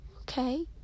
Okay